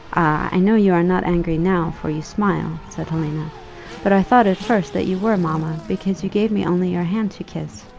i know you are not angry now, for you smile, said helena but i thought at first that you were, mamma, because you gave me only your hand to kiss.